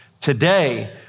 Today